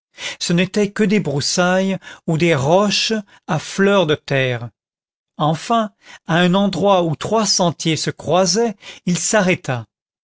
ce n'étaient que des broussailles ou des roches à fleur de terre enfin à un endroit où trois sentiers se croisaient il s'arrêta